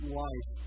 life